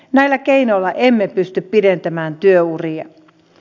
näillä keinoilla emme pysty pidentämään työuria